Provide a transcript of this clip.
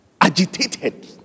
agitated